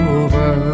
over